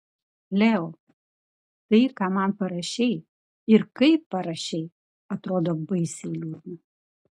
leo tai ką man parašei ir kaip parašei atrodo baisiai liūdna